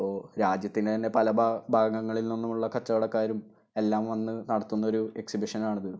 അപ്പോൾ രാജ്യത്തിന്റെ തന്നെ പല ഭാ ഭാഗങ്ങളില് നിന്നുമുള്ള കച്ചവടക്കാരും എല്ലാം വന്ന് നടത്തുന്ന ഒരു എക്സിബിഷന് ആണിത്